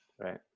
right